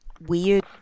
weird